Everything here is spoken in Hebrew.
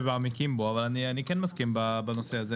מעמיקים בו, אבל אני מסכים בנושא הזה.